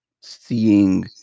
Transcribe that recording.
seeing